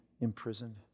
imprisoned